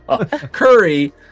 Curry